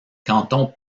cantons